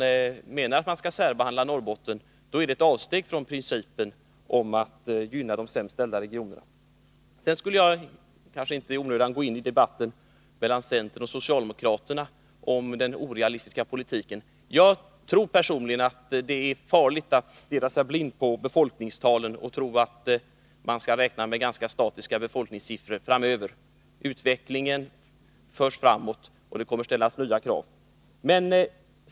Om Norrbotten skall särbehandlas, är det ett avsteg från principen att gynna de sämst ställda regionerna. Jag skall inte i onödan gå in i debatten mellan centern och. socialdemokraterna om den orealistiska politiken. Jag tror personligen att det är farligt attstirra sig blind på befolkningstalen och tro att man skall räkna med ganska statiska befolkningssiffror framöver. Utvecklingen går framåt, och det kommer att ställas nya krav.